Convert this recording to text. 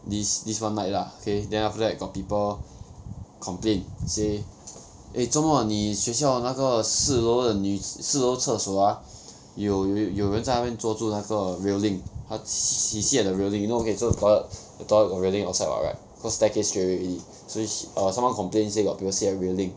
this this one night lah okay then after that got people complain say eh 做么你学校那个四楼的女四楼厕所 ah 有有有人在那边坐住那个 railing 他 s~ s~ she sit at the railing you know okay so toilet the toilet got railing outside what right cause staircase straightaway already so err someone complain say got people sit at railing